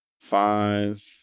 five